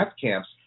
camps